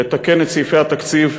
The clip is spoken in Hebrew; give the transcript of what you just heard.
לתקן את סעיפי התקציב,